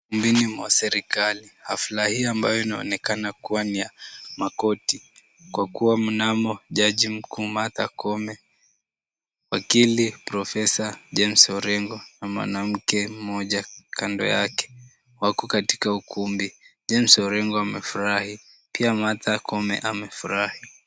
Ukumbini mwa serikali. Hafla hii ambayo inaonekana kuwa ya makorti kwa kuwa mnamo Jaji Martha Koome. Wakili Profesa James Orengo na mwanamke mmoja kando yake, wako katika ukumbi James Orengo amefurahi pia Martha Koome amefurahi.